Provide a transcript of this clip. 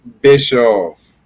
Bischoff